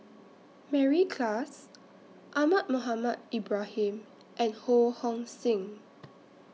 Mary Klass Ahmad Mohamed Ibrahim and Ho Hong Sing